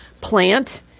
plant